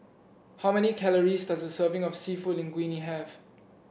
how many calories does a serving of seafood Linguine have